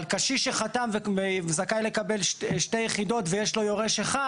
קשיש שחתם וזכאי לקבל שתי יחידות ויש לו יורש אחד